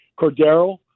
Cordero